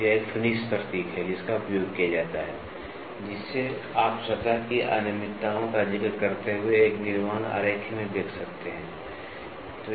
तो यह एक फिनिश प्रतीक है जिसका उपयोग किया जाता है जिसमें आप सतह की अनियमितताओं का जिक्र करते हुए एक निर्माण आरेख में देख सकते हैं